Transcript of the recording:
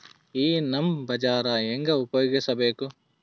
ಈ ನಮ್ ಬಜಾರ ಹೆಂಗ ಉಪಯೋಗಿಸಬೇಕು?